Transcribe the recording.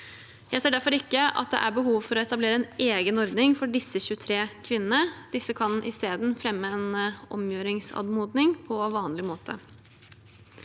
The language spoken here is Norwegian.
Jeg ser derfor ikke at det er behov for å etablere en egen ordning for disse 23 kvinnene. De kan i stedet fremme en omgjøringsanmodning på vanlig måte.